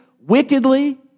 wickedly